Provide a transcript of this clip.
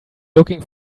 looking